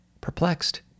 Perplexed